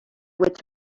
which